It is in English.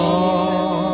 Jesus